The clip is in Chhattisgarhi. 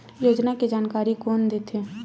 योजना के जानकारी कोन दे थे?